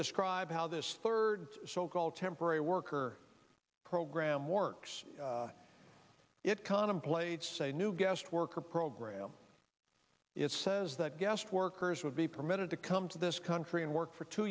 describe how this third so called temporary worker program works it contemplates a new guest worker program it says that guest workers would be permitted to come to this country and work for two